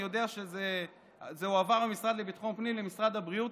אני יודע שזה הועבר מהמשרד לביטחון פנים למשרד הבריאות,